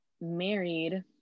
married